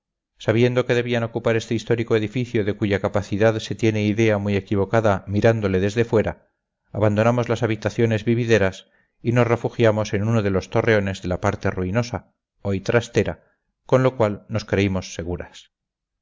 sabiendo que debían ocupar este histórico edificio de cuya capacidad se tiene idea muy equivocada mirándole desde afuera abandonamos las habitaciones vivideras y nos refugiamos en uno de los torreones de la parte ruinosa hoy trastera con lo cual nos creímos seguras